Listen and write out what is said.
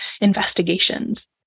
investigations